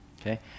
Okay